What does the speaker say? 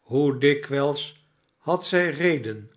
hoe dikwijls had zij reden